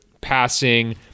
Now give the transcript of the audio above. passing